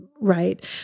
right